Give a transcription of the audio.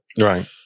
Right